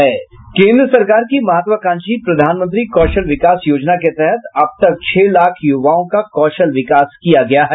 केन्द्र सरकार की महत्वाकांक्षी प्रधानमंत्री कौशल विकास योजना के तहत अब तक छह लाख युवाओं का कौशल विकास किया गया है